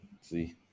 see